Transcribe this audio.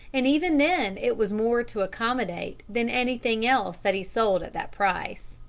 and even then it was more to accommodate than anything else that he sold at that price.